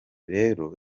rero